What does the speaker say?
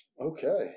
Okay